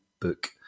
book